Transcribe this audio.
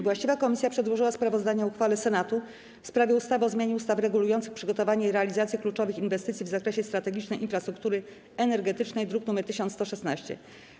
Właściwa komisja przedłożyła sprawozdanie o uchwale Senatu w sprawie ustawy o zmianie ustaw regulujących przygotowanie i realizację kluczowych inwestycji w zakresie strategicznej infrastruktury energetycznej, druk nr 1116.